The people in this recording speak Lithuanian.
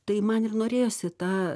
tai man ir norėjosi tą